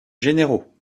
généraux